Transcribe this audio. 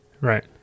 Right